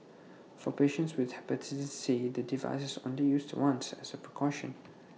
for patients with Hepatitis C the device is on the used once as A precaution